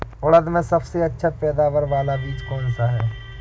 उड़द में सबसे अच्छा पैदावार वाला बीज कौन सा है?